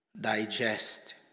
digest